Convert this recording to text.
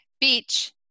Beach